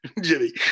Jimmy